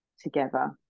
together